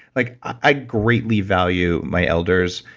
like, i greatly value my elders,